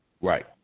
Right